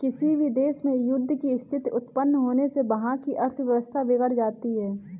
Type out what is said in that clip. किसी भी देश में युद्ध की स्थिति उत्पन्न होने से वहाँ की अर्थव्यवस्था बिगड़ जाती है